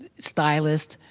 stylist,